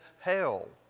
hell